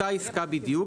אותה עסקה בדיוק.